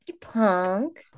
punk